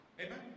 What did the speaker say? amen